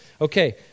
Okay